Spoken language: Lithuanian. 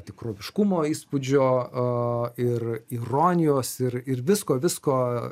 tikroviškumo įspūdžio a ir ironijos ir ir visko visko